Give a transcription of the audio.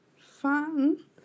Fun